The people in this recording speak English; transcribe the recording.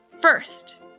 First